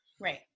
right